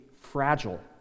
fragile